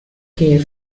que